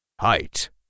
Height